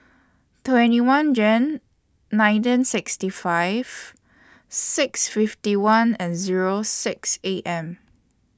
twenty one Jan nineteen sixty five six fifty one and Zero six A M